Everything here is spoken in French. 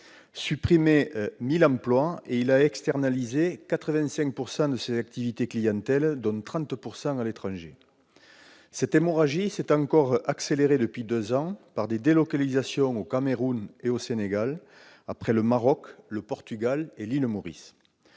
supprimé 1 000 emplois et externalisé 85 % de ses activités clientèle, dont 30 % à l'étranger. Cette hémorragie s'est encore accélérée depuis deux ans par des délocalisations au Cameroun et au Sénégal, après le Maroc, le Portugal et l'île Maurice.